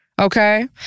Okay